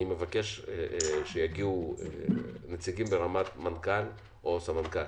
אני מבקש שיגיעו נציגים ברמת מנכ"ל או סמנכ"ל.